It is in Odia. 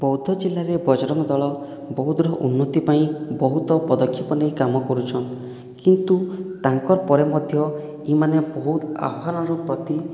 ବୌଦ୍ଧ ଜିଲ୍ଲାରେ ବଜରଙ୍ଗ ଦଳ ବୌଦ୍ଧର ଉନ୍ନତି ପାଇଁ ବହୁତ ପଦକ୍ଷେପ ନେଇ କାମ କରୁଛନ୍ତି କିନ୍ତୁ ତାଙ୍କର ପରେ ମଧ୍ୟ ଏମାନେ ବହୁତ ଆହ୍ଵାନର ପ୍ରତି